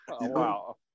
Wow